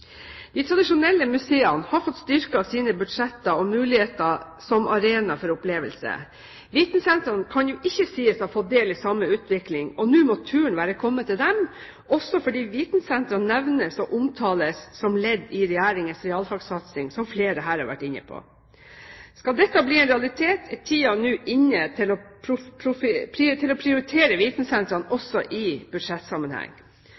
De tradisjonelle museene har fått styrket sine budsjetter og muligheter som arena for opplevelser. Vitensentrene kan ikke sies å ha fått ta del i samme utvikling, og nå må turen være kommet til dem, også fordi vitensentrene nevnes og omtales som ledd i Regjeringens realfagssatsing, som flere her har vært inne på. Skal dette bli en realitet, er tiden nå inne til å prioritere vitensentrene også i budsjettsammenheng. Skal de leve opp til